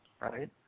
right